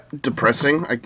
depressing